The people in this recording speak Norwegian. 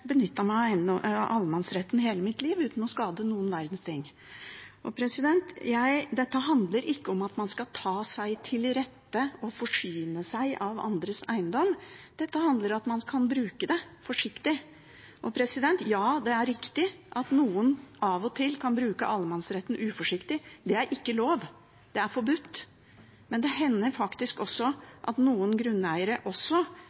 meg av allemannsretten hele mitt liv uten å skade noen verdens ting. Dette handler ikke om at man skal ta seg til rette og forsyne seg av andres eiendom. Dette handler om at man kan bruke den – forsiktig. Ja, det er riktig at noen av og til kan bruke allemannsretten uforsiktig. Det er ikke lov. Det er forbudt. Men det hender faktisk også